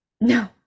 No